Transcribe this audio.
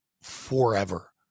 forever